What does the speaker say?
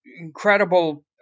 incredible